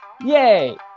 Yay